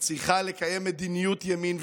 צריכה לקיים מדיניות ימין.